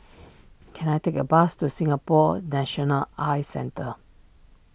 can I take a bus to Singapore National Eye Centre